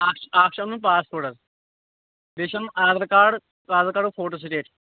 اَکھ چھُ اَکھ چھُ اَنُن پاسپورٹ حظ بیٚیہِ چھُ اَنُن آدار کارڑُک آدارکارڑُک فوٹوٗسِٹیٚٹ